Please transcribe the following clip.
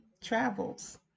travels